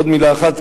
עוד מלה אחת,